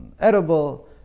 edible